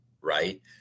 Right